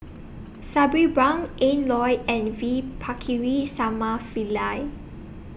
Sabri Buang Ian Loy and V Pakirisamy Pillai